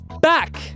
back